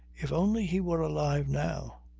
if only he were alive now!